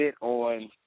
on